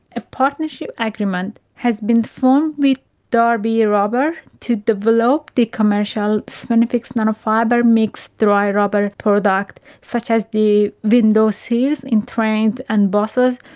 a partnership agreement has been formed with derby rubber to develop the commercial spinifex nanofibre mix dry rubber product, such as the window seals in trains and buses,